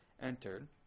entered